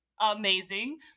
amazing